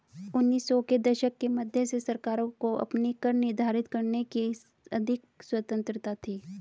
उन्नीस सौ के दशक के मध्य से सरकारों को अपने कर निर्धारित करने की अधिक स्वतंत्रता थी